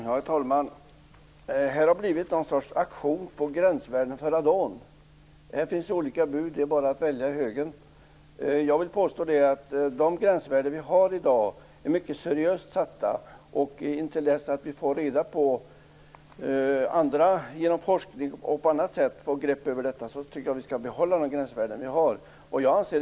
Herr talman! Det har blivit någon sorts aktion när det gäller gränsvärden för radon. Det finns olika bud. Det är bara att välja ett i högen. De gränsvärden som finns i dag är mycket seriöst satta. Intill dess att vi genom forskning och på andra sätt får grepp om detta tycker jag att vi skall behålla de gränsvärden som finns.